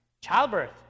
Childbirth